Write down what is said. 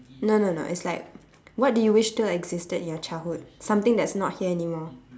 no no no it's like what do you wish still existed in your childhood something that's not here anymore